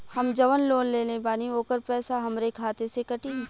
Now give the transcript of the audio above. हम जवन लोन लेले बानी होकर पैसा हमरे खाते से कटी?